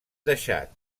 deixat